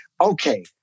okay